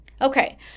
Okay